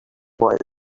what